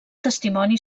testimoni